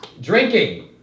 Drinking